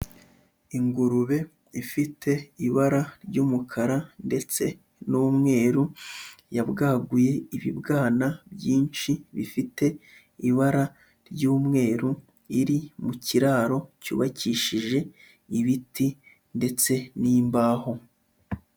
Ingurube ifite ibara ry'umukara ndetse n'umweru, yabwaguye ibibwana byinshi bifite ibara ry'umweru, iri mu kiraro cyubakishije ibiti ndetse n'imbaho.